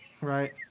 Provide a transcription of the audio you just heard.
right